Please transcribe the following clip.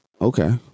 okay